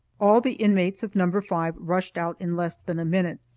all the inmates of number five rushed out in less than a minute,